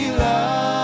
love